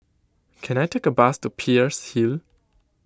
can I take a bus to Peirce Hill